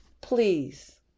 Please